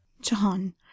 john